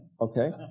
okay